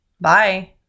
Bye